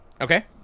Okay